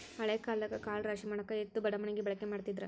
ಹಳೆ ಕಾಲದಾಗ ಕಾಳ ರಾಶಿಮಾಡಾಕ ಎತ್ತು ಬಡಮಣಗಿ ಬಳಕೆ ಮಾಡತಿದ್ರ